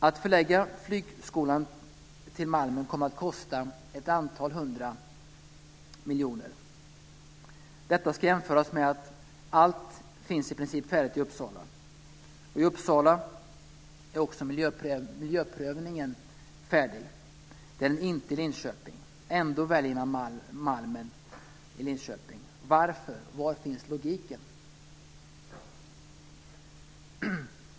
Att förlägga flygskolan till Malmen kommer att kosta ett antal hundra miljoner. Detta ska jämföras med att i princip allt finns färdigt i Uppsala. I Uppsala är också miljöprövningen färdig. Det är den inte i Linköping. Ändå väljer man Malmen i Linköping. Varför? Var finns logiken?